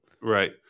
right